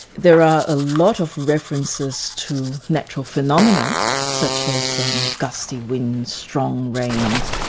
there are a lot of references to natural phenomena such as um gusty winds, strong rains,